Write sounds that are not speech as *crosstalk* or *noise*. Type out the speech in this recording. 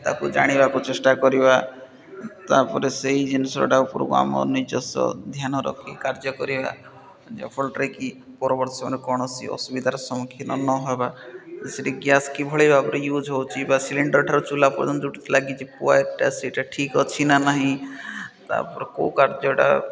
ତାକୁ ଜାଣିବାକୁ ଚେଷ୍ଟା କରିବା ତାପରେ ସେଇ ଜିନିଷଟା ଉପରକୁ ଆମ ନିଜସ୍ ଧ୍ୟାନ ରଖି କାର୍ଯ୍ୟ କରିବା ଯା ଫଳରେ କି ପର *unintelligible* କୌଣସି ଅସୁବିଧାର ସମ୍ମୁଖୀନ ନହେବା ସେଇଠି ଗ୍ୟାସ୍ କିଭଳି ଭାବରେ ୟୁଜ୍ ହେଉଛି ବା ସିଲିଣ୍ଡର ଠାରୁ ଚୁଲା ପର୍ଯ୍ୟନ୍ତ ଯେଉଁଠି ଲାଗିଛି *unintelligible* ସେଇଟା ଠିକ୍ ଅଛି ନା ନାହିଁ ତାପରେ କେଉଁ କାର୍ଯ୍ୟଟା